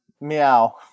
Meow